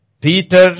Peter